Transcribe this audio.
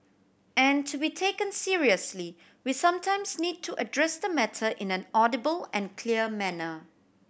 and to be taken seriously we sometimes need to address the matter in an audible and clear manner